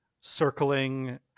circling